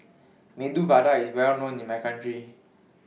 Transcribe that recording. Medu Vada IS Well known in My Hometown